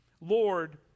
Lord